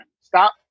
stop